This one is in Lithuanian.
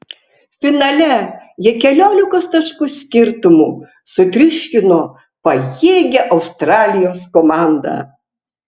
finale jie keliolikos taškų skirtumu sutriuškino pajėgią australijos komandą